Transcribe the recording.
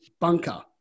bunker